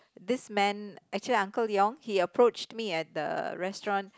this man actually uncle Yong he approached me at the restaurant